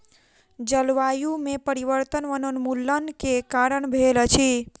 जलवायु में परिवर्तन वनोन्मूलन के कारण भेल अछि